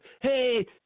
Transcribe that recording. Hey